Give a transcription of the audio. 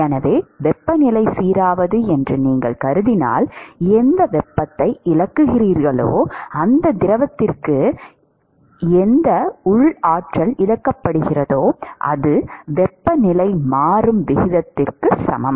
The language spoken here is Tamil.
எனவே வெப்பநிலை சீரானது என்று நீங்கள் கருதினால் எந்த வெப்பத்தை இழக்கிறீர்களோ அந்த திரவத்திற்கு எந்த உள் ஆற்றல் இழக்கப்படுகிறதோ அது வெப்பநிலை மாறும் விகிதத்திற்கு சமம்